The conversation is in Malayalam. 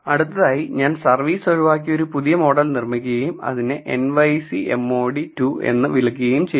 അടുത്തതായി ഞാൻ സർവീസ് ഒഴിവാക്കി ഒരു പുതിയ മോഡൽ നിർമ്മിക്കുകയും അതിനെ nycmod 2 എന്ന് വിളിക്കുകയും ചെയ്യുന്നു